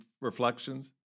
reflections